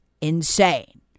insane